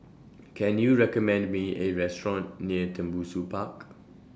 Can YOU recommend Me A Restaurant near Tembusu Park